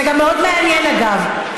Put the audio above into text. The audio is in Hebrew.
זה גם מאוד מעניין, אגב.